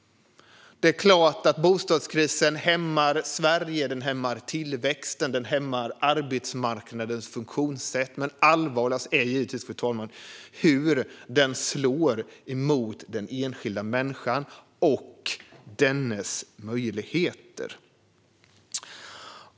Det är klart att bostadskrisen hämmar Sverige. Den hämmar tillväxten och arbetsmarknadens funktionssätt, men allvarligast, fru talman, är naturligtvis hur den slår mot den enskilda människan och hennes möjligheter.